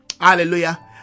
hallelujah